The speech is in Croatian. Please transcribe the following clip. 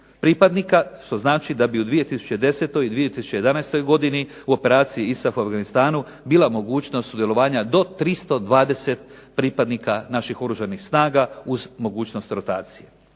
pripadnika. Što znači da bi u 2010. i 2011. godini u operaciji ISAF u Afganistanu bila mogućnost sudjelovanja do 320 pripadnika naših Oružanih snaga uz mogućnost rotacije.